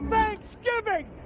Thanksgiving